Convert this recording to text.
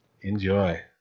Enjoy